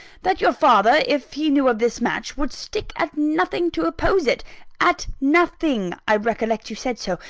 that your father, if he knew of this match, would stick at nothing to oppose it at nothing i recollect you said so.